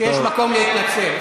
שיש מקום להתנצל.